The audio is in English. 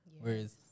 whereas